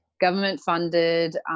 government-funded